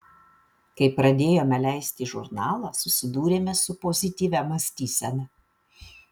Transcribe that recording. kai pradėjome leisti žurnalą susidūrėme su pozityvia mąstysena